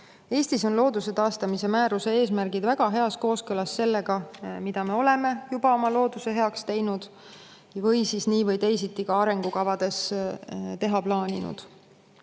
Eestis on looduse taastamise määruse eesmärgid väga heas kooskõlas sellega, mida me oleme juba oma looduse heaks teinud või siis nii või teisiti arengukavades teha plaaninud.